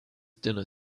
dinner